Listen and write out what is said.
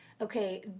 okay